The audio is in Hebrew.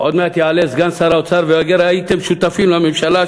עוד מעט יעלה סגן שר האוצר ויגיד: הייתם שותפים לממשלה.